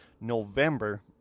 november